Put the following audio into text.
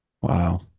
Wow